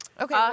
Okay